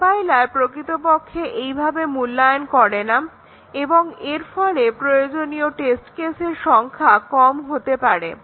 compiler প্রকৃতপক্ষে এই ভাবে মূল্যায়ন করেনা এবং এরফলে প্রয়োজনীয় টেস্ট কেসের সংখ্যা কম হতে পারে